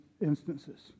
instances